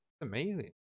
amazing